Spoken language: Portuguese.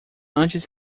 antes